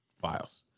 files